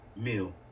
meal